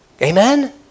Amen